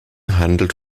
handelt